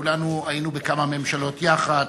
כולנו היינו בכמה ממשלות יחד,